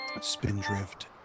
Spindrift